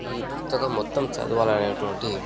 ఈ పుస్తకం మొత్తం చదవాలనేటువంటి